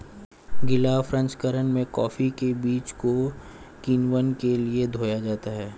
गीला प्रसंकरण में कॉफी के बीज को किण्वन के लिए धोया जाता है